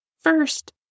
First